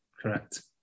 Correct